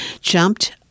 jumped